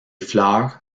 fleurs